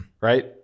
right